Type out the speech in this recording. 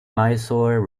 mysore